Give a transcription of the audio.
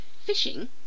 Fishing